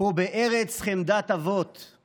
"פה בארץ חמדת אבות /